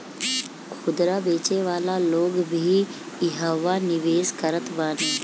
खुदरा बेचे वाला लोग भी इहवा निवेश करत बाने